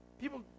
People